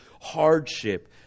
hardship